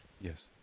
Yes